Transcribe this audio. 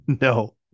No